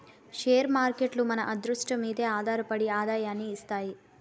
share మార్కేట్లు మన అదృష్టం మీదే ఆధారపడి ఆదాయాన్ని ఇస్తాయి